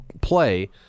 play